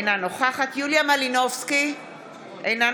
אינה נוכחת יוליה מלינובסקי קונין,